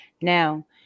Now